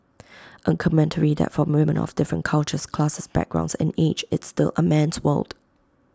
A commentary that for women of different cultures classes backgrounds and age it's still A man's world